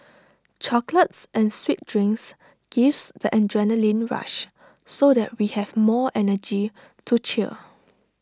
chocolates and sweet drinks gives the adrenaline rush so that we have more energy to cheer